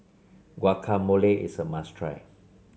guacamole is a must try